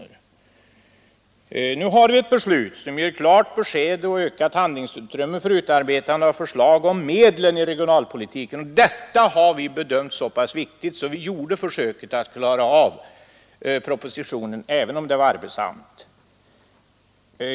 Om riksdagen följer majoritetens förslag får vi ett beslut som ger klart besked och ökat handlingsutrymme för utarbetande av förslag om medlen i regionalpolitiken, och detta har vi bedömt som så pass viktigt att vi gjort försöket att klara av behandlingen av propositionen — även om det var arbetsamt.